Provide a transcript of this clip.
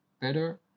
better